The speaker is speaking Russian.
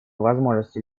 возможностей